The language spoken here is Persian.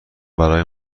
برای